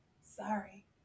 sorry